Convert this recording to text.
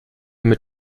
mit